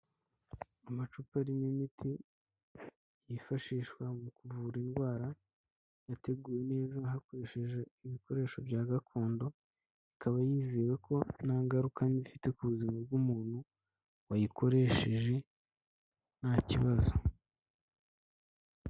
Amacupa arimo imiti yifashishwa mu kuvura indwara, yateguwe neza hakoreshejwe ibikoresho bya gakondo, ikaba yizewe ko nta ngaruka ifite ku buzima bw'umuntu wayikoresheje ntakibazo.